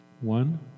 One